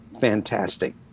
fantastic